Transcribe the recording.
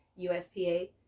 USPA